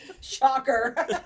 Shocker